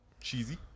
cheesy